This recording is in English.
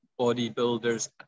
bodybuilders